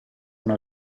una